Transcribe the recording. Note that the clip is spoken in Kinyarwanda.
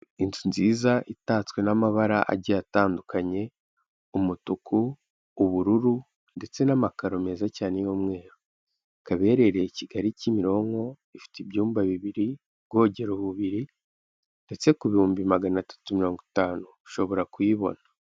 Inzu nziza itatswe n'amabara agiye atandukanye; umutuku, ubururu ndetse n'amakaro meza cyane y'umweru, ikaba ihereye i Kigali-Kimironko; ifite ibyumba bibiri, ubwogero bubiri ndetse ku bihumbi magana atatu mirongo itanu, ushobora kuyibona.